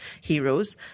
heroes